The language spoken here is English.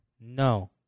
No